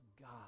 God